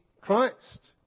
Christ